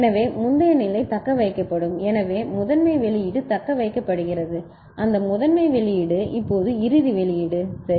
எனவே முந்தைய நிலை தக்கவைக்கப்படும் எனவே முதன்மை வெளியீடு தக்கவைக்கப்படுகிறது அந்த முதன்மை வெளியீடு இப்போது இறுதி வெளியீடு சரி